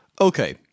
Okay